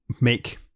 make